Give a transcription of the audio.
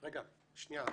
רגע, שנייה,